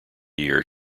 year